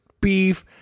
beef